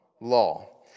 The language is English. Law